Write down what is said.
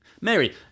Mary